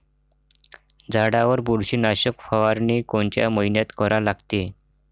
झाडावर बुरशीनाशक फवारनी कोनच्या मइन्यात करा लागते?